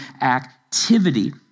Activity